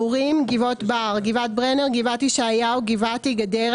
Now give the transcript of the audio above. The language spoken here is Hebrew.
ברורים גבעות בר גבעת ברנר גבעת ישעיהו גבעתי גדרה